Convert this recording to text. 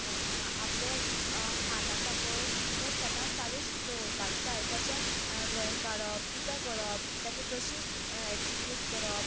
आपले हात आसा पळय ते सदांच चालूच दवरपाक जाय कशे ड्रॉईंग काडप कितें करप तेका कशी ऍग्जीक्यूट करप